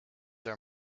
are